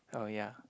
oh yeah